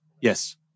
Yes